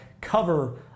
cover